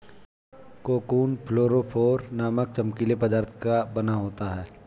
cocoon fluorophore नामक चमकीले पदार्थ का बना होता है